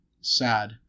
Sad